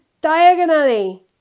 Diagonally